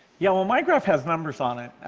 yeah well, my graph has numbers on it.